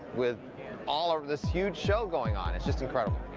with all of this huge show going on. it's just incredible.